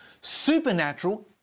supernatural